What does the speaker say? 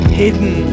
hidden